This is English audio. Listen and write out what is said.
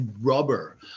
rubber